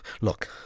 Look